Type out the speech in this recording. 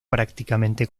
prácticamente